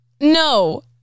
no